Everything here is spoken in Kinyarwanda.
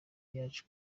yaje